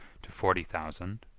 to forty thousand,